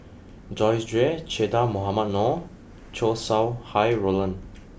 Joyce Jue Che Dah Mohamed Noor Chow Sau Hai Roland